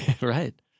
Right